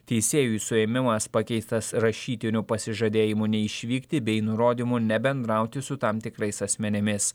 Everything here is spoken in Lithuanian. teisėjui suėmimas pakeistas rašytiniu pasižadėjimu neišvykti bei nurodymu nebendrauti su tam tikrais asmenimis